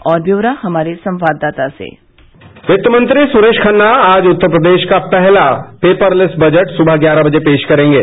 और ब्यौरा हमारे संवाददाता सेः वित्तमंत्री सुरेश खन्ना आज उत्तर प्रदेश का पहला पेपरलेस बजट सुबह ग्यारह बजे पेश करेंगे